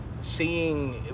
seeing